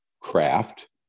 craft